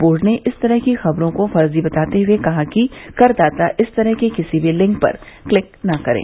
board ने इस तरह की खबरों को फर्जी बताते हुए कहा है कि करदाता इस तरह के किसी भी लिंक पर क्लिक न करें